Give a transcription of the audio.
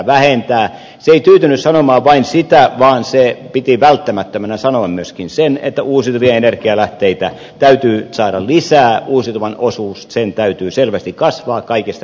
se ei tyytynyt sanomaan vain sitä vaan se piti välttämättömänä sanoa myöskin sen että uusiutuvia energialähteitä täytyy saada lisää uusiutuvan osuuden täytyy selvästi kasvaa kaikesta energiantuotannosta